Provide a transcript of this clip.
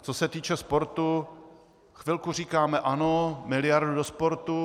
Co se týče sportu, chvilku říkáme ano, miliardu do sportu.